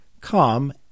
Come